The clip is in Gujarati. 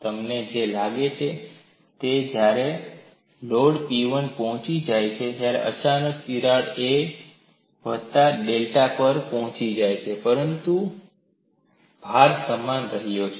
તમને જે લાગે છે તે છે જ્યારે લોડ P1 પહોંચી જાય છે અચાનક તિરાડ a વત્તા ડેલ્ટા a પર પહોંચી ગઈ છે પરંતુ ભાર સમાન રહ્યો છે